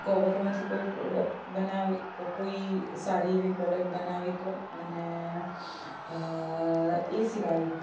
ગોબરમાંથી કોઈ પ્રોડક્ટ બનાવી કો કોઈ સારી એવી પ્રોડક્ટ બનાવી તો અને એ સિવાય